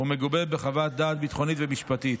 ומגובה בחוות דעת ביטחונית ומשפטית.